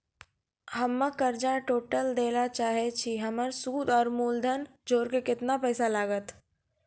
हम्मे कर्जा टोटल दे ला चाहे छी हमर सुद और मूलधन जोर के केतना पैसा लागत?